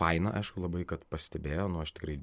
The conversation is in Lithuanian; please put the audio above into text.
faina aišku labai kad pastebėjo nu aš tikrai